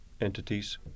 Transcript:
entities